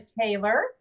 Taylor